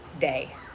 day